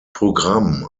programm